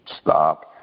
stop